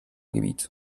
gebiet